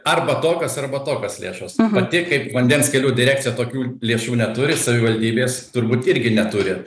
arba tokios arba tokios lėšos pati kaip vandens kelių direkcija tokių lėšų neturi savivaldybės turbūt irgi neturi